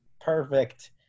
perfect